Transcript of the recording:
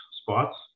spots